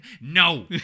No